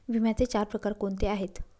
विम्याचे चार प्रकार कोणते आहेत?